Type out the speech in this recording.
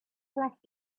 left